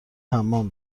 حمام